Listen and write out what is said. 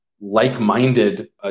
like-minded